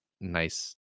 nice